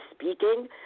speaking